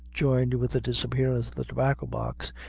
joined with the disappearance of the tobacco-box,